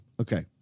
Okay